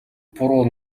буруу